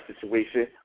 situation